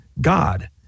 God